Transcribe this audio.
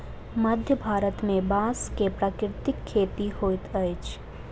मध्य भारत में बांस के प्राकृतिक खेती होइत अछि